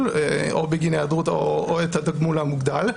או בגין היעדרות או את התגמול המוגדל,